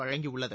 வழங்கியுள்ளது